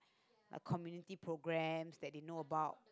a community programmes that they know about